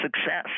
success